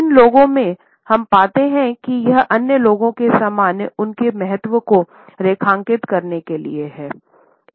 इन लोगों में हम पाते हैं कि यह अन्य लोगों के सामने उनके महत्व को रेखांकित करने के लिए है